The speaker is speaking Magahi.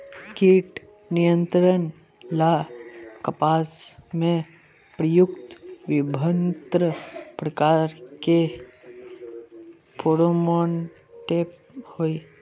कीट नियंत्रण ला कपास में प्रयुक्त विभिन्न प्रकार के फेरोमोनटैप होई?